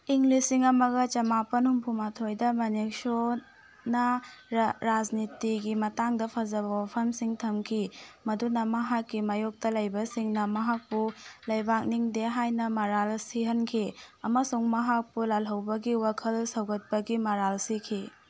ꯏꯪ ꯂꯤꯁꯤꯡ ꯑꯃꯒ ꯆꯃꯥꯄꯜ ꯍꯨꯝꯐꯨꯃꯥꯊꯣꯏꯗ ꯃꯅꯦꯛꯁꯣꯅ ꯔꯥꯖꯅꯤꯇꯤꯒꯤ ꯃꯇꯥꯡꯗ ꯐꯖꯕ ꯋꯥꯐꯝꯁꯤꯡ ꯊꯝꯈꯤ ꯃꯗꯨꯅ ꯃꯍꯥꯛꯀꯤ ꯃꯥꯏꯌꯣꯛꯇ ꯂꯩꯕꯁꯤꯡꯅ ꯃꯍꯥꯛꯄꯨ ꯂꯩꯕꯥꯛ ꯅꯤꯡꯗꯦ ꯍꯥꯏꯅ ꯃꯔꯥꯜ ꯁꯤꯍꯟꯈꯤ ꯑꯃꯁꯨꯡ ꯃꯍꯥꯛꯄꯨ ꯂꯥꯜꯍꯧꯕꯒꯤ ꯋꯥꯈꯜ ꯁꯧꯒꯠꯄꯒꯤ ꯃꯔꯥꯜ ꯁꯤꯈꯤ